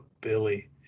Billy